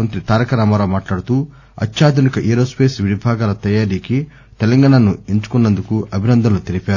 మంత్రి తారక రామారావు మాట్లాడుతూ ఆత్వాధునిక ఏరోస్పేస్ విడిభాగాల తయారీకి తెలంగాణాను ఎంచుకున్నందుకు అభినందనలు తెలిపారు